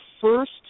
first